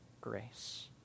grace